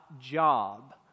job